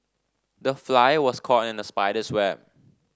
the fly was caught in the spider's web